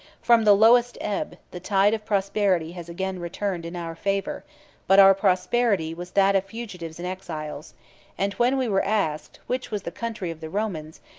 from the lowest ebb, the tide of prosperity has again returned in our favor but our prosperity was that of fugitives and exiles and when we were asked, which was the country of the romans,